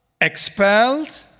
expelled